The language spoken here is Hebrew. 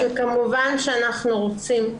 אני רוצה להגיד שכמובן שאנחנו רוצים,